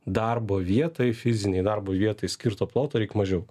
darbo vietai fizinei darbo vietai skirto ploto reik mažiau